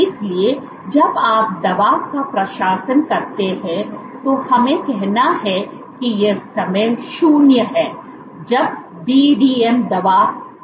इसलिए जब आप दवा का प्रशासन करते हैं तो हमें कहना है कि यह समय 0 है जब बीडीएम दवा को जोड़ा गया है